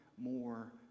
more